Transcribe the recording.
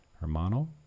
hermano